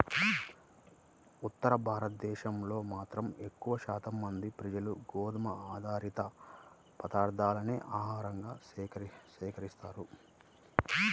ఉత్తర భారతదేశంలో మాత్రం ఎక్కువ శాతం మంది ప్రజలు గోధుమ ఆధారిత పదార్ధాలనే ఆహారంగా స్వీకరిస్తారు